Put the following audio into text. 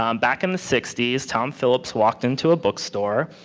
um back in the sixties tom phillips walked into a bookstore,